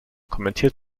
kommentiert